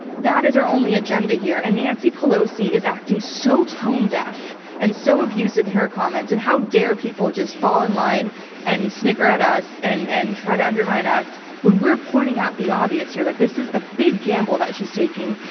that is our only agenda here. and nancy pelosi is acting so tone deaf and so abusive in her comments. and how dare people just fall in line and snicker at us and and try to undermine us when we're pointing out the obvious here, that this is a big gamble that she's taking,